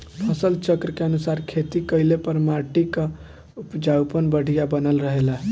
फसल चक्र के अनुसार खेती कइले पर माटी कअ उपजाऊपन बढ़िया बनल रहेला